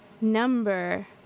number